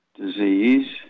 disease